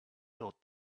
thought